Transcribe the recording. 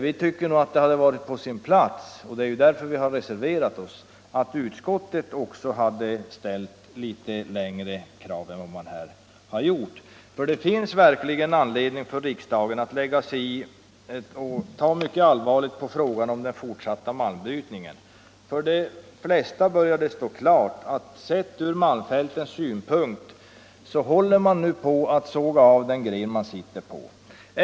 Vi tycker att det hade varit på sin plats — det är därför vi har reserverat oss — att utskottet också hade ställt litet längre gående krav än man här har gjort. Det finns verkligen anledning för riksdagen att ta mycket allvarligt på frågan om den fortsatta malmbrytningen. För de flesta bör det stå klart att man nu, sett från malmfältens synpunkt, håller på att såga av den gren man sitter på.